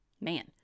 Man